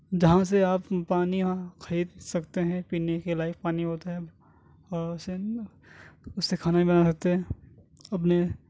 جہاں سے آپ پانی خرید سکتے ہیں پینے کے لائق پانی ہوتا ہے اور اسے اس سے کھانا بھی بنا سکتے ہیں اپنے